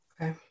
Okay